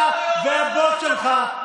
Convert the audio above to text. אתה והבוס שלך,